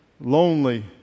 lonely